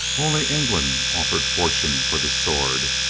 only england offered fortune for the sword,